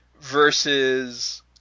versus